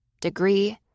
degree